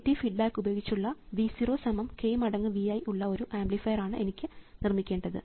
negative feedback ഉപയോഗിച്ചുള്ള V 0 സമം k മടങ്ങ് V i ഉള്ള ഒരു ആംപ്ലിഫയർ ആണ് എനിക്ക് നിർമ്മിക്കേണ്ടത്